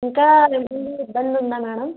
ఇంకా ఇబ్బందుందా మేడం